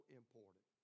important